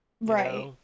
Right